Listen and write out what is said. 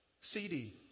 CD